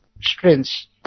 strengths